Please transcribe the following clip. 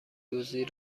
دزدی